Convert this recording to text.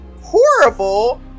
horrible